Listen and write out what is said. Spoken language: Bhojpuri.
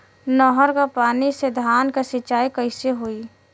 नहर क पानी से धान क सिंचाई कईसे होई?